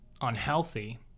unhealthy